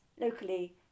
locally